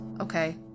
okay